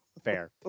fair